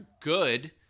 good